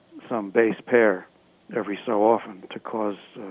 some base pair every so often to cause